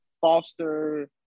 Foster